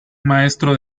maestro